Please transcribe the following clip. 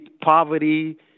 poverty